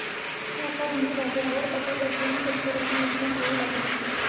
व्यापाऱ्यांची बाजारावर पकड बसल्याने शेतकऱ्यांना नुकसान होऊ लागलं